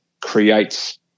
creates